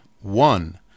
one